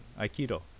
Aikido